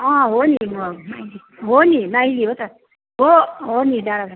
हो नि हो हो नि माइली हो त हो हो नि डाँडा गाउँ